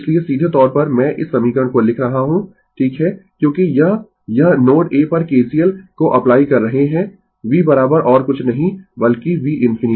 इसलिए सीधेतौर पर मैं इस समीकरण को लिख रहा हूं ठीक है क्योंकि यह यह नोड A पर KCL को अप्लाई कर रहे है v और कुछ नहीं बल्कि v ∞